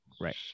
Right